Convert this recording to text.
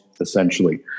essentially